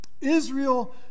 Israel